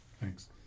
Thanks